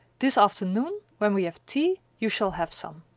this afternoon, when we have tea, you shall have some.